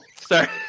Sorry